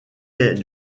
est